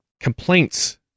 Complaints